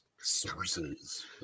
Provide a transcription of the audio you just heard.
sources